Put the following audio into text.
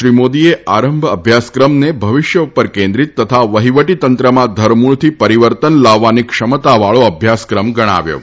શ્રી મોદીએ આરંભ અભ્યાસક્રમને ભવિષ્ય ઉપર કેન્દ્રીત તથા વહિવટીતંત્રમાં ધરમૂળથી પરિવર્તન લાવવાની ક્ષમતાવાળી અભ્યાસક્રમ ગણાવ્યો હતો